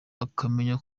ukamenya